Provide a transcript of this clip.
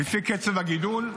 לפי קצב הגידול,